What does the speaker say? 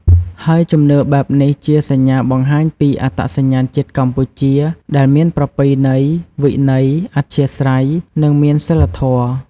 ហើយជំនឿបែបនេះជាសញ្ញាបង្ហាញពីអត្តសញ្ញាណជាតិកម្ពុជាដែលមានប្រពៃណីវិន័យ អធ្យាស្រ័យ និងមានសីលធម៌។